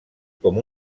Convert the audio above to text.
com